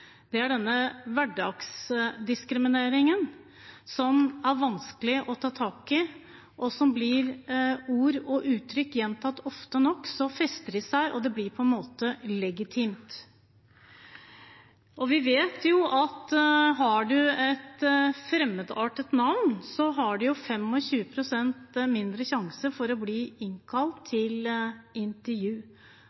hverdagsdiskrimineringen, som er vanskelig å ta tak i. Blir ord og uttrykk gjentatt ofte nok, fester de seg, og det blir på en måte legitimt. Vi vet at har man et fremmedartet navn, har man 25 pst. mindre sjanse til å bli innkalt